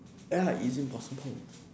ya it's impossible